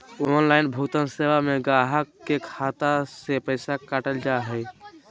online भुगतान सेवा में गाहक के खाता से पैसा काटल जा हइ